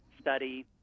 study